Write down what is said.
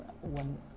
one